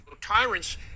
Tyrants